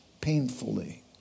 painfully